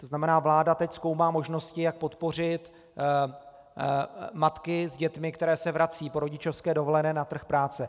To znamená, vláda teď zkoumá možnosti, jak podpořit matky s dětmi, které se vracejí po rodičovské dovolené na trh práce.